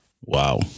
Wow